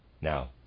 Now